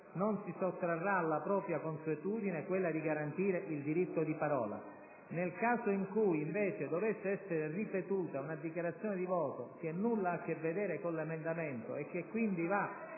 non si sottrarrà alla propria consuetudine di garantire il diritto di parola. Nel caso in cui, invece, dovesse essere ripetuta una dichiarazione di voto che nulla ha a che vedere con l'emendamento e che quindi va